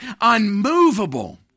unmovable